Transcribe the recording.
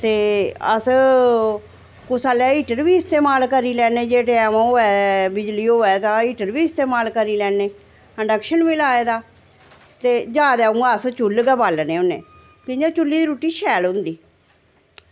ते अस कुसै लै हीटर बी इस्तेमाल करी लैन्ने जे टैम होऐ बिजली होऐ तां हीटर बी इस्तेमाल करी लैन्ने इंडक्शन बी लाए दा ते जैदा उ'आं अस चुल्ल गै बालने होन्ने कि'या चुल्ली दी रुट्टी शैल होंदी